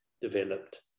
developed